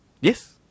Yes